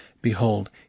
Behold